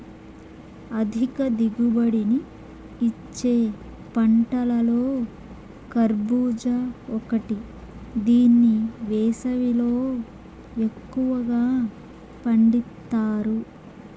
అధిక దిగుబడిని ఇచ్చే పంటలలో కర్భూజ ఒకటి దీన్ని వేసవిలో ఎక్కువగా పండిత్తారు